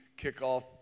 kickoff